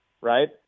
right